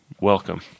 welcome